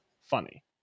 funny